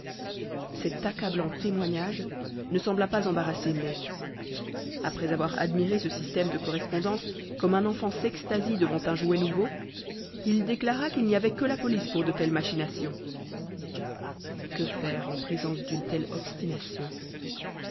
cet accablant témoignage ne sembla pas embarrasser mai après avoir admiré ce système de correspondance comme un enfant s'extasie devant un jouet nouveau il déclara qu'il n'y avait que la police pour de telles machinations que faire en présence d'une telle obstination